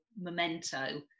memento